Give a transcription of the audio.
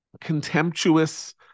contemptuous